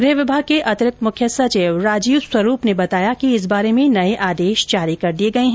गृह विभाग के अतिरिक्त मुख्य सचिव राजीव स्वरूप ने बताया कि इस बारे में नये आदेश जारी कर दिये गये है